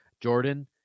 Jordan